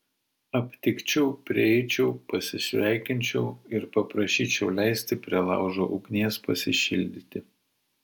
aptikčiau prieičiau pasisveikinčiau ir paprašyčiau leisti prie laužo ugnies pasišildyti